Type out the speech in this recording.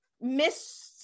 miss